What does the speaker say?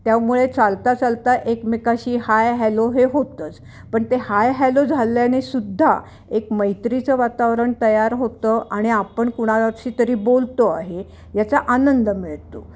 त्यामुळे चालता चालता एकमेकाशी हाय हॅलो हे होतंच पण ते हाय हॅलो झाल्याने सुद्धा एक मैत्रीचं वातावरण तयार होतं आणि आपण कुणाशी तरी बोलतो आहे याचा आनंद मिळतो